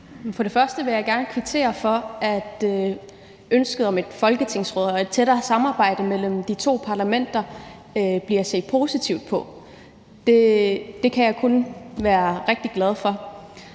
For det første vil jeg gerne kvittere for, at der bliver set positivt på ønsket om et folketingsråd og et tættere samarbejde mellem de to parlamenter. Det kan jeg kun være rigtig glad for.